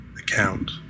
account